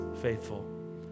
faithful